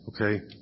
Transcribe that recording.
okay